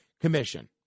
commission